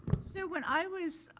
so when i was,